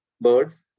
Birds